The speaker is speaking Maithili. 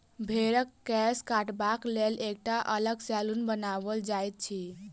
भेंड़क केश काटबाक लेल एकटा अलग सैलून बनाओल जाइत अछि